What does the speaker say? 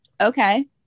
okay